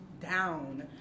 down